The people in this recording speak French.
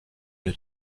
une